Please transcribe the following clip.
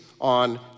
on